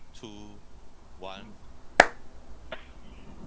two one